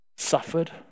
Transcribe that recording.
Suffered